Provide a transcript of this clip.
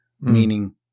Meaning